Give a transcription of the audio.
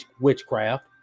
witchcraft